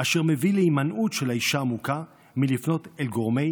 אשר מביא להימנעות של האישה המוכה מלפנות אל גורמי